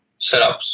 setups